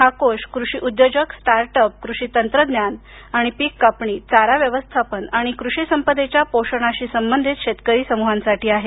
हा कोष कृषि उद्योजक स्टामर्टअप कृषि तंत्रज्ञान आणि पिक कापणी चारा व्यवस्थापन आणि कृषी संपदेच्या पोषणाशी संबंधित शेतकरी समूहांसाठी आहे